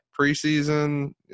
preseason